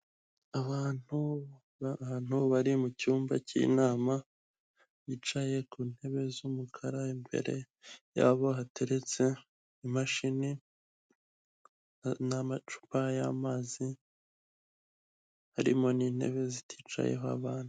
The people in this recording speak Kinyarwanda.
Abantu b'abantu bari mu cyumba k'inama bicaye ku ntebe z'umukara imbere yabo hateretse imashini n'amacupa y'amazi harimo n'intebe ziticayeho abana.